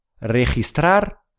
registrar